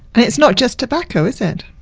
and it's not just tobacco is it?